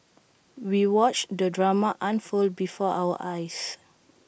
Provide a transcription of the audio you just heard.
we watched the drama unfold before our eyes